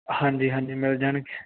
ਹਾਂਜੀ ਹਾਂਜੀ ਮਿਲ ਜਾਣਗੇ